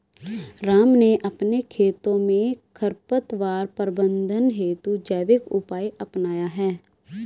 राम ने अपने खेतों में खरपतवार प्रबंधन हेतु जैविक उपाय अपनाया है